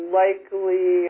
likely